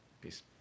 Peace